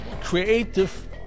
creative